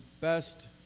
best